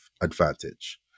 advantage